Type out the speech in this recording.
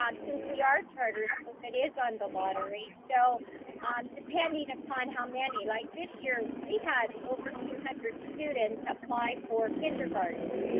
um since we are a charter school, it is on the lottery. so depending upon how many, like this year we had over two hundred students apply for kindergarten.